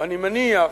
ואני מניח,